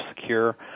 secure